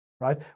right